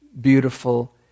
beautiful